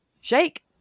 shake